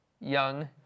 young